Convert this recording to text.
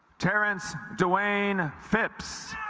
terrence dewaine phipps